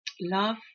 Love